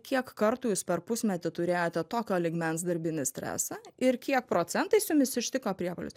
kiek kartų jūs per pusmetį turėjote tokio lygmens darbinį stresą ir kiek procentais jumis ištiko priepuolis